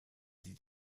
die